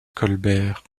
colbert